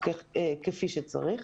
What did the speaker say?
כפי שצריך.